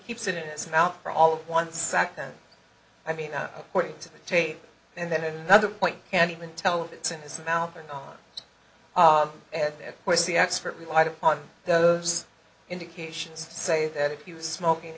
keeps it in his mouth for all of one second i mean up to the tape and then another point can't even tell if it's in his mouth or not and of course the expert relied upon those indications say that he was smoking